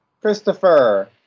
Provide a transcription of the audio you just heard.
Christopher